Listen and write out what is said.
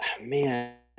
man